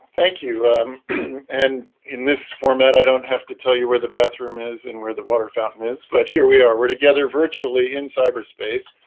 thank you and in this format i don't have to tell you where the bathroom is and where the water fountain is, but here. we are. we're together virtually in cyberspace